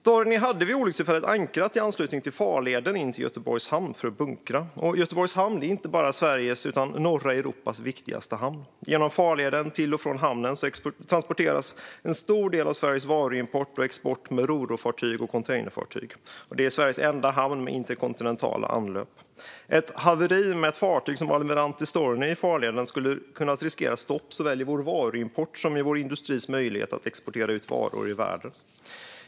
Almirante Storni hade vid olyckstillfället ankrat i anslutning till farleden in till Göteborgs hamn för att bunkra. Göteborgs hamn är inte bara Sveriges utan även norra Europas viktigaste hamn. Genom farleden till och från hamnen transporteras en stor del av Sveriges import och export av varor med rorofartyg och containerfartyg. Detta är Sveriges enda hamn med interkontinentala anlöp. Ett haveri med ett fartyg som Almirante Storni i farleden skulle ha kunnat innebära ett stopp såväl i vår varuimport som för vår industris möjlighet att exportera varor till världen.